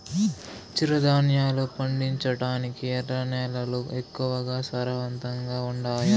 చిరుధాన్యాలు పండించటానికి ఎర్ర నేలలు ఎక్కువగా సారవంతంగా ఉండాయా